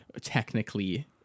technically